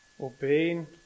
obeying